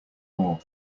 more